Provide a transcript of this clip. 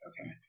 okay